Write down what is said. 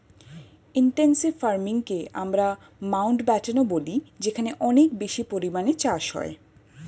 intensive ফার্মিংকে আমরা মাউন্টব্যাটেনও বলি যেখানে অনেক বেশি পরিমাণে চাষ হয়